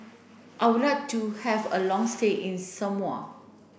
I would like to have a long stay in Samoa